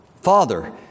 Father